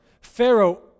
Pharaoh